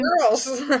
girls